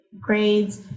grades